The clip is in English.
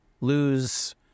Lose